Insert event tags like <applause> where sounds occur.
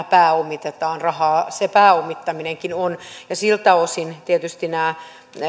<unintelligible> pääomitetaan rahaa se pääomittaminenkin on ja siltä osin tietysti tämä